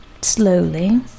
Slowly